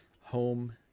home